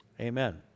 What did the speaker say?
Amen